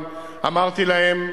אמרתי להם: